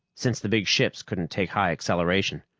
since the big ships couldn't take high acceleration.